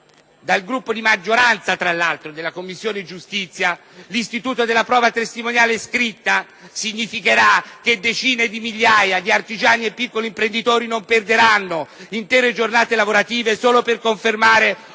dal Gruppo di maggioranza della Commissione giustizia), l'istituto della prova testimoniale scritta significherà che decine di migliaia di artigiani e di piccoli imprenditori non perderanno intere giornate lavorative solo per confermare